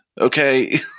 okay